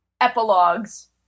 epilogues